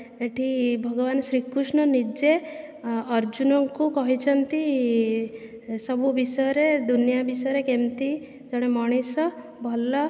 ଏଠି ଭଗବାନ ଶ୍ରୀ କୃଷ୍ଣ ନିଜେ ଅର୍ଜୁନଙ୍କୁ କହିଛନ୍ତି ସବୁ ବିଷୟରେ ଦୁନିଆଁ ବିଷୟରେ କେମିତି ଜଣେ ମଣିଷ ଭଲ